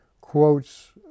quotes